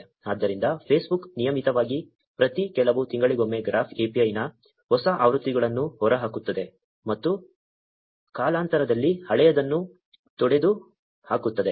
ಆದ್ದರಿಂದ Facebook ನಿಯಮಿತವಾಗಿ ಪ್ರತಿ ಕೆಲವು ತಿಂಗಳಿಗೊಮ್ಮೆ ಗ್ರಾಫ್ API ನ ಹೊಸ ಆವೃತ್ತಿಗಳನ್ನು ಹೊರಹಾಕುತ್ತದೆ ಮತ್ತು ಕಾಲಾನಂತರದಲ್ಲಿ ಹಳೆಯದನ್ನು ತೊಡೆದುಹಾಕುತ್ತದೆ